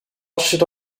should